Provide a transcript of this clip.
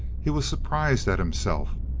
he was surprised at himself.